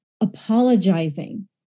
apologizing